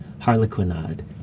Harlequinade